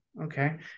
Okay